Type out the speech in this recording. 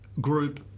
group